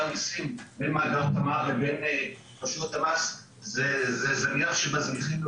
המיסים במאגר תמר לבין רשויות המס זה זניח שבזניחים.